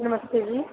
ਨਮਸਤੇ ਜੀ